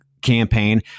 campaign